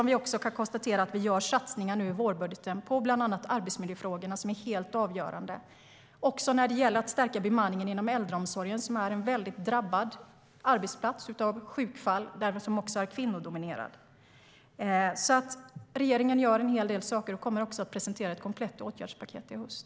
Vi kan konstatera att vi gör satsningar i vårbudgeten på bland annat arbetsmiljöfrågorna, som är helt avgörande också när det gäller att stärka bemanningen inom äldreomsorgen, vars kvinnodominerade arbetsplatser är väldigt drabbade av sjukfall. Regeringen gör en hel del saker och kommer att presentera ett komplett åtgärdspaket i höst.